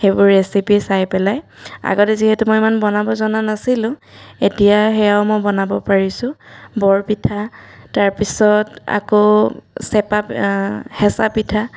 সেইবোৰ ৰেচিপি চাই পেলাই আগতে যিহেতু মই ইমান বনাব জনা নাছিলোঁ এতিয়া সেয়াও মই বনাব পাৰিছোঁ বৰপিঠা তাৰপিছত আকৌ চেপা হেঁচা পিঠা